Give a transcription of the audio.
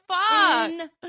fuck